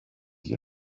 you